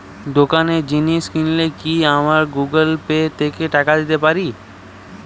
দোকানে জিনিস কিনলে কি আমার গুগল পে থেকে টাকা দিতে পারি?